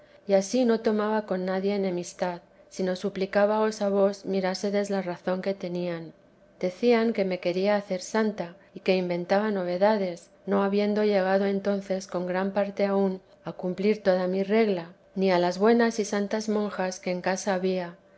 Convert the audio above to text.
y ansí no tomaba con nadie enemistad sino suplicábaos a vos mirásedes la razón que tenían decían que me quería hacer santa y que inventaba novedades no habiendo llegado entonces con gran parte aun a cumplir toda mi regla ni a las buenas y santas monjas que en casa había